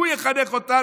הוא יחנך אותנו?